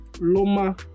Loma